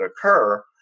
occur